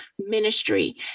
Ministry